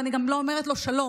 ואני גם לא אומרת לו שלום,